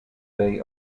they